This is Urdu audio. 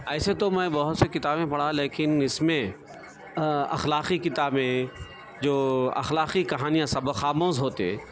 ایسے تو میں بہت سی کتابیں پڑھا لیکن اس میں اخلاقی کتابیں جو اخلاقی کہانیاں سبق آموز ہوتے